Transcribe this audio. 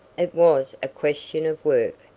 it was a question of work,